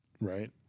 Right